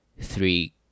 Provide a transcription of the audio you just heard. three